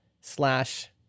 slash